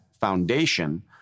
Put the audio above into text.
foundation